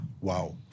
Wow